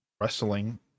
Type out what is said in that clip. wrestling